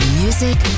music